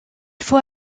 faut